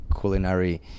Culinary